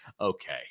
okay